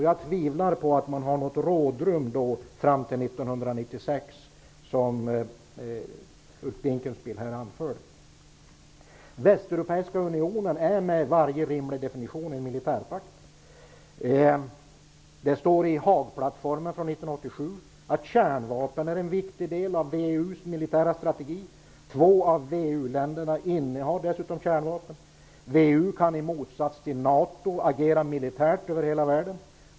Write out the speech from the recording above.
Jag tvivlar på att det finns något rådrum fram till 1996, som Dinkelspiel har anfört här. Västeuropeiska unionen är med varje rimlig definition en militärpakt. Det står i Haagplattformen från 1987 att kärnvapen är en viktig del av VEU:s militära strategi. Två av VEU-länderna innehar dessutom kärnvapen. VEU kan i motsats till NATO agera militärt över hela världen.